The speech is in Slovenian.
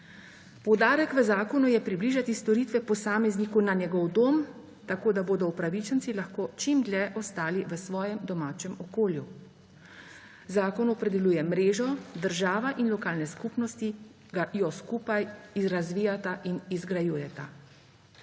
Poudarek v zakonu je približati storitve posamezniku na njegov dom, tako da bodo upravičenci lahko čim dlje ostali v svojem domačem okolju. Zakon opredeljuje mrežo, država in lokalne skupnosti jo skupaj razvijata in izgrajujeta.